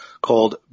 called